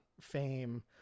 fame